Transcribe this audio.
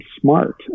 smart